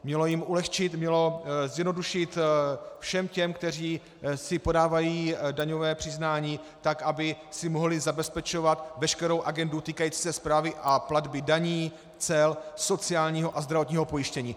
Mělo jim ulehčit, mělo zjednodušit všem těm, kteří si podávají daňové přiznání, tak aby si mohli zabezpečovat veškerou agendu týkající se správy a platby daní, cel, sociálního a zdravotního pojištění.